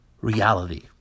reality